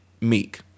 Meek